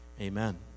Amen